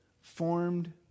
formed